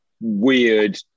weird